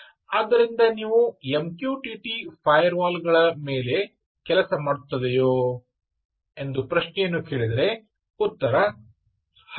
ಆದ್ದರಿಂದ ನೀವು MQTT firewall ಗಳ ಮೇಲೆ ಕೆಲಸ ಮಾಡುತ್ತದೆಯೋ ಎಂದು ಪ್ರಶ್ನೆಯನ್ನು ಕೇಳಿದರೆ ಉತ್ತರ ಹೌದು